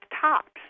tops